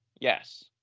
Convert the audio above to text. Yes